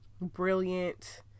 Brilliant